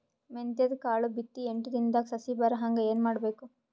ಮೆಂತ್ಯದ ಕಾಳು ಬಿತ್ತಿ ಎಂಟು ದಿನದಾಗ ಸಸಿ ಬರಹಂಗ ಏನ ಮಾಡಬೇಕು?